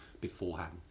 beforehand